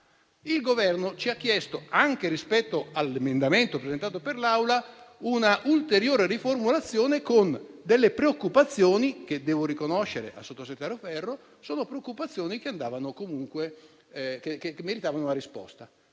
Il Governo ha chiesto, anche rispetto all'emendamento presentato per l'Aula, una ulteriore riformulazione, sollevando delle preoccupazioni che - devo riconoscerlo al sottosegretario Ferro - erano preoccupazioni che meritavano una risposta.